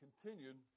continued